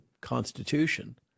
constitution